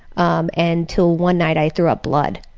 um and until one night i threw up blood.